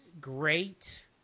great